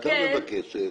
יבדוק את העניין.